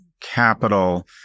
capital